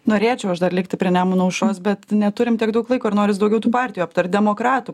norėčiau aš dar likti prie nemuno aušros bet neturim tiek daug laiko ir noris daugiau tų partijų aptart demokratų